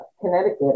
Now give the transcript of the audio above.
Connecticut